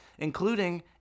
Including